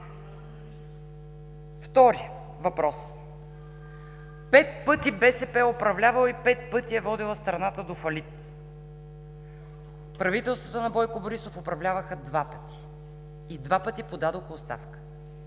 Втори въпрос – пет пъти БСП е управлявала и пет пъти е водела страната до фалит. Правителствата на Бойко Борисов управляваха два пъти и два пъти подадоха оставка.